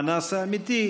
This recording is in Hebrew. האנס האמיתי,